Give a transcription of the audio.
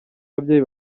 ababyeyi